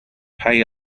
pay